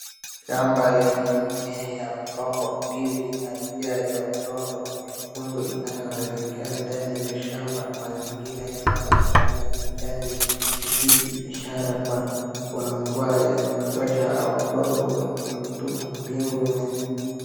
Shamba lenye mimea ya migomba, ndizi na njia ya udongo mwekundu inayoelekea ndani ya shamba. Mazingira yanaonekana kijani kibichi, ishara kuwa kuna mvua ya kutosha au udongo wenye rutuba. bingu ina.